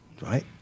right